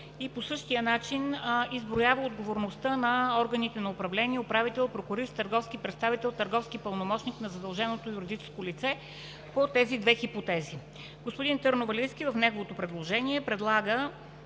и по същият начин изброява отговорността на органите на управление – управител, прокурист, търговски представител, търговски пълномощник на задълженото юридическо лице по тези две хипотези. Господин Търновалийски в неговото предложение предлага